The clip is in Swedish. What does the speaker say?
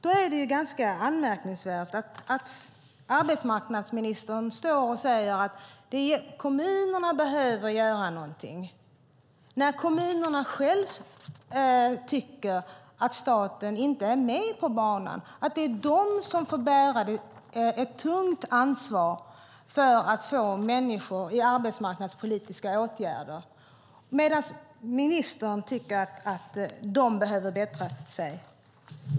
Då är det ganska anmärkningsvärt att arbetsmarknadsministern står och säger att det är kommunerna som behöver göra någonting. Kommunerna själva tycker att staten inte är med på banan och att det är de som får bära ett tungt ansvar för att få människor i arbetsmarknadspolitiska åtgärder, medan ministern tycker att kommunerna behöver bättra sig.